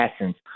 essence